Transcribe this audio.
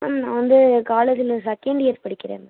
ma'am நான் வந்து காலேஜ்ல செகண்ட் இயர் படிக்கிறேன் மேம்